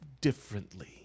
differently